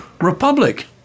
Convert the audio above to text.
republic